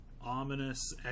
ominous